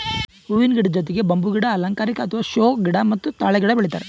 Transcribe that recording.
ಹೂವಿನ ಗಿಡದ್ ಜೊತಿಗ್ ಬಂಬೂ ಗಿಡ, ಅಲಂಕಾರಿಕ್ ಅಥವಾ ಷೋ ಗಿಡ ಮತ್ತ್ ತಾಳೆ ಗಿಡ ಬೆಳಿತಾರ್